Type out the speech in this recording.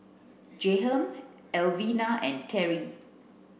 Jahiem Elvina and Terri